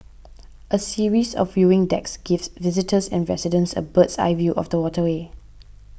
a series of viewing decks gives visitors and residents a bird's eye view of the waterway